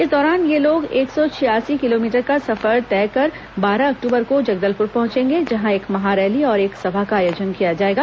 इस दौरान ये लोग एक सौ छियासी किलोमीटर का सफर तय कर बारह अक्टूबर को जगदलपुर पहंचेंगे जहां एक महारैली और एक सभा का आयोजन किया जाएगा